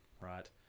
right